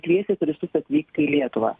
kviestis ir visus atvykti į lietuvą